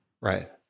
Right